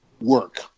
work